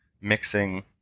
mixing